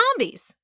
zombies